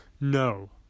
no